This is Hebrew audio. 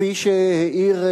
כפי שהעיר,